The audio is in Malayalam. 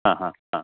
ആഹാ ആ